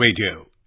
Radio